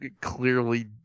clearly